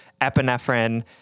epinephrine